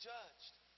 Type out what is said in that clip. Judged